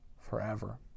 forever